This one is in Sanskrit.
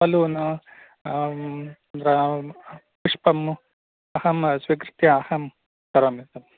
बलून् पुष्पम् अहं स्वीकृत्य अहं करोमि तद्